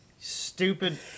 stupid